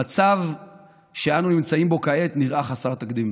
המצב שאנו נמצאים בו כעת נראה חסר תקדים.